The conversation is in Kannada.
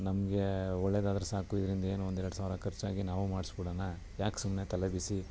ನಮಗೆ ಒಳ್ಳೆಯದಾದ್ರೆ ಸಾಕು ಇದ್ರಿಂದ ಏನು ಒಂದು ಎರಡು ಸಾವಿರ ಖರ್ಚಾಗಿ ನಾವು ಮಾಡಿಸ್ಬಿಡೋಣ ಯಾಕೆ ಸುಮ್ಮನೆ ತಲೆ ಬಿಸಿ